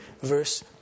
Verse